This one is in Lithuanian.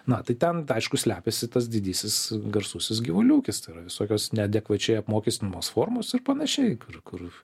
na va tai ten aišku slepiasi tas didysis garsusis gyvulių ūkis tai va visokios neadekvačiai apmokestinamos formos ir panašiai kur